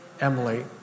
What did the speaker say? Emily